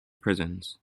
prisons